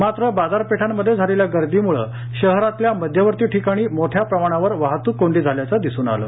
मात्र बाजारपेठांमध्ये झालेल्या गर्दीमुळं शहरातल्या मध्यवर्ती ठिकाणी मोठ्या प्रमाणावर वाहतूक कोंडी झाल्याचं दिसून आलं